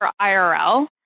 IRL